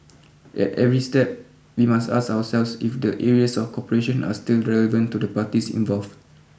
at every step we must ask ourselves if the areas of cooperation are still relevant to the parties involve